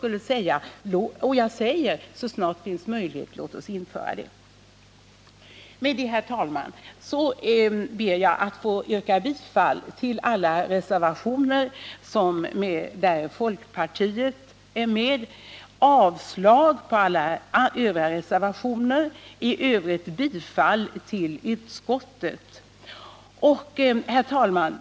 Jag är den första att säga — så snart det finns pengar: Låt oss införa det! Med detta, herr talman, ber jag att få yrka bifall till alla reservationer där folkpartiet är med, avslag på alla övriga reservationer och i övrigt bifall till Herr talman!